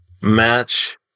match